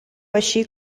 així